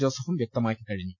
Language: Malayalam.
ജോസഫും വ്യക്തമാക്കിക്കഴിഞ്ഞു